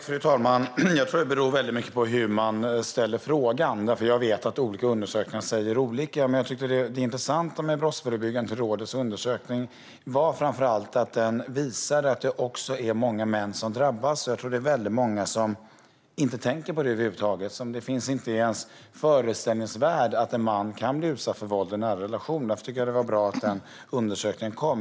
Fru talman! Jag tror att det i mycket beror på hur man ställer frågan. Jag vet att olika undersökningar säger olika. Men det intressanta med Brottsförebyggande rådets undersökning var framför allt att den visar att det också är många män som drabbas. Jag tror att det är många som inte tänker på detta över huvud taget. Det finns inte i ens föreställningsvärld att en man kan bli utsatt för våld i en nära relation. Därför tycker jag att det var bra att den undersökningen kom.